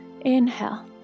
inhale